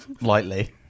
Lightly